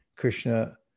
Krishna